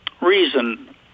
reason